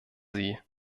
sie